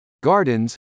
gardens